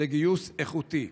לגיוס איכותי.